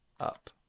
up